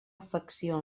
afecció